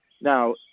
now